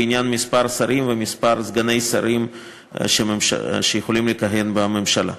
לעניין מספר השרים וסגני השרים שיכולים לכהן בממשלה.